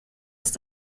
ist